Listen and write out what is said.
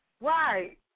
Right